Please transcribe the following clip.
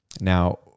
Now